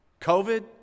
COVID